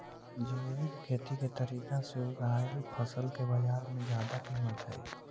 जैविक खेती के तरीका से उगाएल फसल के बाजार में जादा कीमत हई